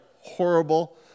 horrible